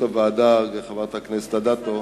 חברת הכנסת אדטו.